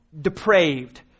depraved